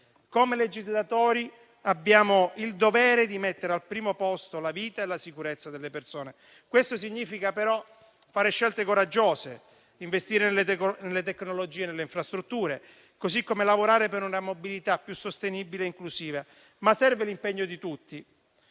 Come legislatori, abbiamo il dovere di mettere al primo posto la vita e la sicurezza delle persone, ma questo significa fare scelte coraggiose, investire nelle tecnologie e nelle infrastrutture, così come lavorare per una mobilità più sostenibile e inclusiva. Serve, però, l'impegno di tutti,